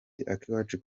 akiwacu